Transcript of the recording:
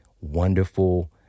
wonderful